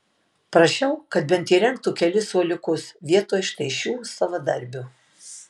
prašiau kad bent įrengtų kelis suoliukus vietoj štai šių savadarbių